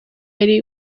ari